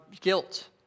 guilt